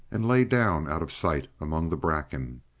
and lay down out of sight among the bracken,